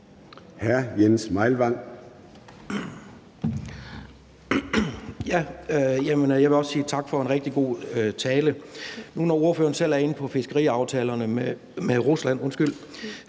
Jeg vil også sige tak for en rigtig god tale. Ordføreren var selv inde på fiskeriaftalen med Rusland.